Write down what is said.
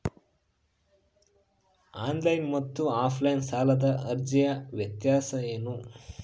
Online ಮತ್ತು offline ಸಾಲದ ಅರ್ಜಿಯ ವ್ಯತ್ಯಾಸ ಏನು?